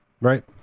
right